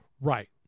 Right